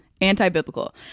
Anti-biblical